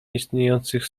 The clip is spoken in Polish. istniejących